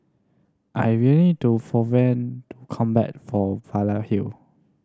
I am waiting for come back from Leyden Hill